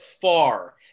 far